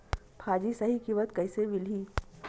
भाजी सही कीमत कइसे मिलही?